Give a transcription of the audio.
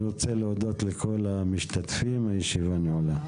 אני רוצה להודות לכל המשתתפים, הישיבה נעולה.